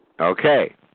Okay